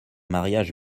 mariage